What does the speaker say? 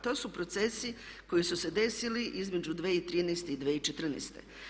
To su procesi koji su se desili između 2013. i 2014.